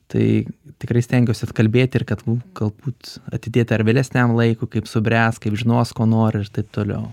tai tikrai stengiuosi atkalbėti ir kad galbūt atidėt ar vėlesniam laikui kaip subręs kaip žinos ko nori ir taip toliau